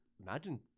Imagine